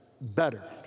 better